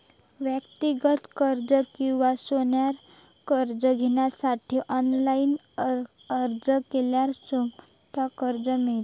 व्यक्तिगत कर्ज किंवा सोन्यार कर्ज घेवच्यासाठी ऑनलाईन अर्ज केल्यार सोमता कर्ज मेळता